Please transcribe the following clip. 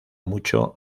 mucho